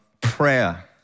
prayer